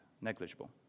negligible